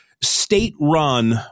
state-run